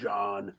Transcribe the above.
John